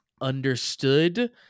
understood